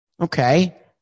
Okay